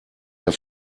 der